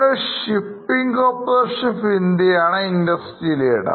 ഇവിടെ shipping corporation of India യാണ് industry leader